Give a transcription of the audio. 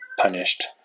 punished